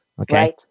Okay